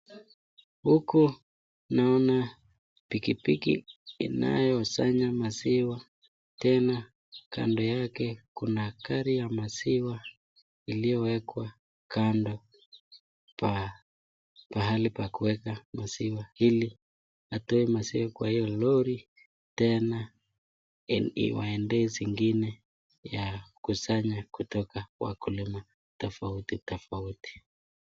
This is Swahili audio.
Huku naona pikipiki inayosanya maziwa tena kando yake kuna gari ya maziwa iliyowekwa kando kwa pahali pa kuweka maziwa ili atoe maziwa kwa hiyo lori tena iwaendee zingine ya kusanya kutoka kwa wakulima tofauti tofauti.